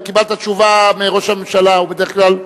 קיבלת תשובה מראש הממשלה, הוא בדרך כלל,